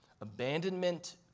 abandonment